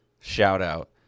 shout-out